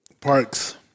parks